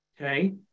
okay